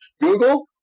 Google